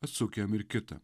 atsuk jam ir kitą